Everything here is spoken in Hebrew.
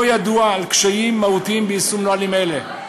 לא ידוע על קשיים מהותיים ביישום נהלים אלה.